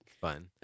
Fun